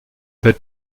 wird